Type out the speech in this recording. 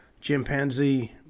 chimpanzee